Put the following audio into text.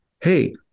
hey